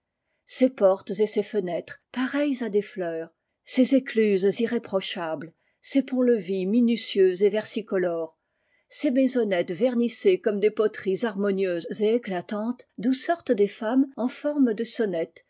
ses portes et ses fenêtres pareilles à des fleurs ses écluses irréprochables ses ponts-levis minutieux et versicolores ses maisonnettes vernissées comme des poteries harmonieuses et éclatantes d'où sortent des femmes en forme de sonnettes